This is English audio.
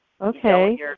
okay